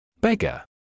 Beggar